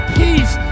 peace